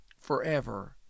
forever